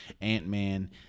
Ant-Man